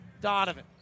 Donovan